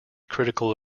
critical